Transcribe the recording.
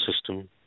system